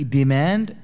demand